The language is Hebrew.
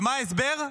ומה ההסבר?